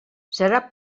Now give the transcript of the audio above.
serà